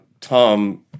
Tom